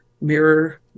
mirror